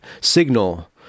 signal